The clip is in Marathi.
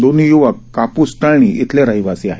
दोन्ही युवक काप्स तळणी इथले रहिवासी आहेत